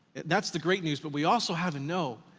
that's the great news, but we also have and know,